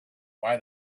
why